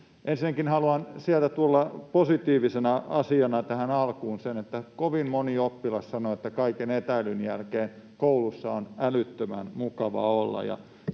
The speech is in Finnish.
Ensinnäkin haluan sieltä tuoda positiivisena asiana tähän alkuun sen, että kovin moni oppilas sanoo, että kaiken etäilyn jälkeen koulussa on älyttömän mukava olla,